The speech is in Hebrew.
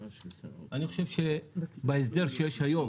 אני חושב שבהסדר שיש היום,